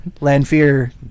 Lanfear